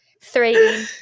three